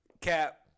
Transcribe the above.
Cap